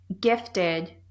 gifted